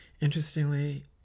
Interestingly